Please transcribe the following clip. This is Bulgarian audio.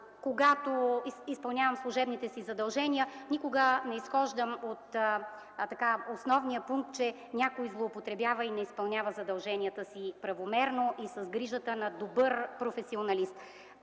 когато изпълнявам служебните си задължения, никога не изхождам от основния пункт, че някой злоупотребява и не изпълнява задълженията си правомерно и с грижата на добър професионалист.